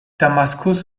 damaskus